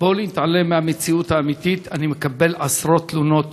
בוא לא נתעלם מהמציאות האמיתית: אני מקבל עשרות תלונות